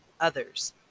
others